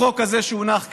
בחוק הזה שהונח כאן,